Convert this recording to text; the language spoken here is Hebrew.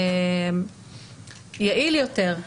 יעיל יותר,